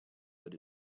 that